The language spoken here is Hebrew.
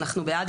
אם אנחנו בעד,